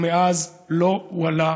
ומאז לא הועלה